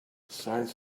science